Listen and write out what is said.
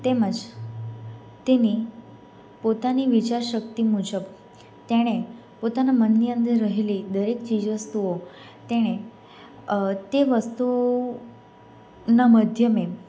તેમજ તેની પોતાની વિચાર શક્તિ મુજબ તેણે પોતાના મનની અંદર રહેલી દરેક ચીજ વસ્તુઓ તેણે તે વસ્તુનાં માધ્યમે